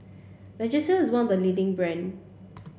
Vagisil is one of the leading brands